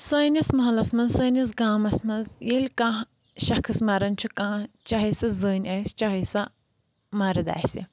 سٲنِس محلَس منٛز سٲنِس گامَس منٛز ییٚلہِ کانٛہہ شخص مَران چھُ کانٛہہ چاہے سۄ زٔنۍ آسہِ چاہے سۄ مرٕد آسہِ